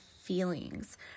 feelings